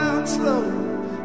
Slow